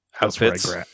Outfits